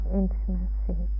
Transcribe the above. intimacy